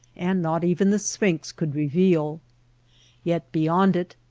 and not even the sphinx could reveal yet beyond it,